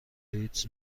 ایدز